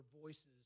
voices